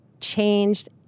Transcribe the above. changed